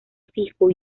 fijo